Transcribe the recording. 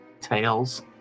Tails